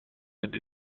sind